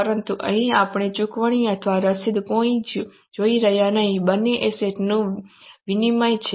પરંતુ અહીં આપણે ચૂકવણી અથવા રસીદને જોઈ રહ્યા નથી બંને એસેટ નું વિનિમય છે